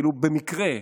כאילו במקרה.